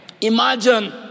Imagine